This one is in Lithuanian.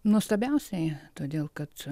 nuostabiausiai todėl kad